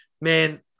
Man